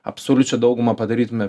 absoliučią daugumą padarytume